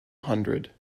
hundred